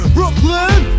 Brooklyn